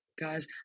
guys